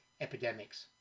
epidemics